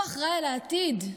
הוא אחראי לעתיד,